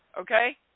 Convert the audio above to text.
Okay